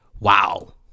wow